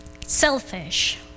selfish